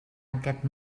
aquest